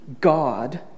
God